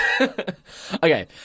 Okay